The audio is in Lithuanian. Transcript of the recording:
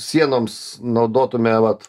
sienoms naudotume vat